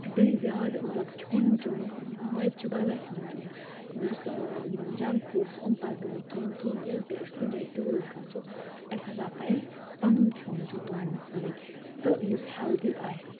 بیٚیہِ زیادٕ مطلب کھیوٚون چیوٚن وَتہِ چھُ بَنان کھیوٚون چیوٚن یُس جَنٛک فُڈڈٕ یِم پَز نہٕ نہٕ کھیٚنۍ کیٚنٛہہ ییٚلہِ تہِ أسۍ کُنہِ جایہِ ٹیوٗرِس گَژھو اَسہِ ہَسا پَزِ پَنُن کھیٚون چیوٚ تُلُن سۭتۍ سُہ یُس ہٮ۪لدی آسہِ